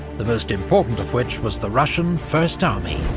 the most important of which was the russian first army,